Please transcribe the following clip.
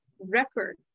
record